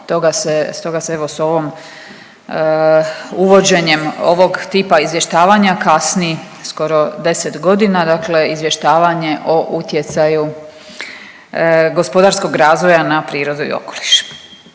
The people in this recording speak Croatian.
Stoga se evo s ovom uvođenjem ovog tipa izvještavanja kasni skoro 10 godina, dakle izvještavanje o utjecaju gospodarskog razvoja na prirodu i okoliš.